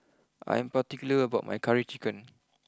I am particular about my Curry Chicken